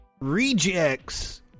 rejects